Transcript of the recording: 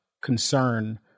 concern